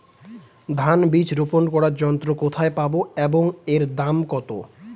ধান বীজ রোপন করার যন্ত্র কোথায় পাব এবং এর দাম কত?